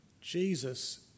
Jesus